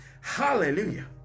hallelujah